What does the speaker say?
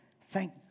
thank